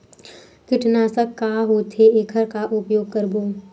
कीटनाशक का होथे एखर का उपयोग करबो?